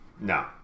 No